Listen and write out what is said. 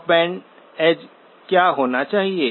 stop band edge क्या होना चाहिए